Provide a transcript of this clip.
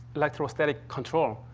electrostatic control.